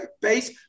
base